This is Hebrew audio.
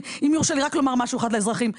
אם יורשה לי רק לומר משהו אחד לאזרחים.